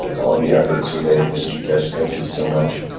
all and the efforts you make mr keshe. thank you so much.